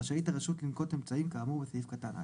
רשאית השרות לנקוט אמצעים כאמור בסעיף קטן א'.